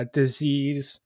disease